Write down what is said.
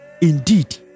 indeed